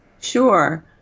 Sure